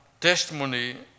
testimony